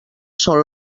són